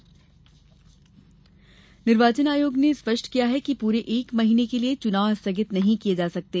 च्नावआयोग निर्वाचन आयोग ने स्पष्ट किया है कि पूरे एक महीने के लिये चुनाव स्थगित नहीं किये जा सकते